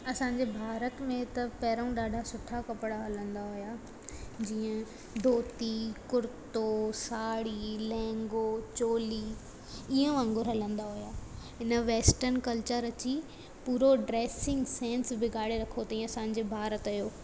असांजे भारत में त पहिरियों ॾाढा सुठा कपिड़ा हलंदा हुआ जीअं धोती कुर्तो साड़ी लहंगो चोली ईअं वांगुरु हलंदा हुआ हिन वैस्टन कल्चर अची पूरो ड्रैसिंग सैन्स बिगाड़े रखियो अथई असांजे भारत जो